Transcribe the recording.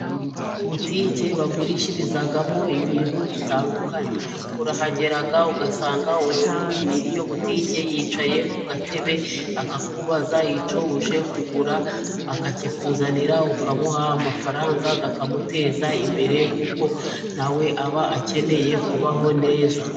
Butike bagurishirizamo ibintu bitandukanye, urahagera ugasanga umuntu nyiri iyo butike yicaye ku gatebe akakubaza icyo uje kugura, akakikuzanira ukamuha amafaranga akamuteza imbere kuko nawe aba akeneye kubaho neza.